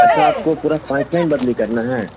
اچھا آپ کو پورا بدلی کرنا ہے